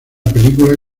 película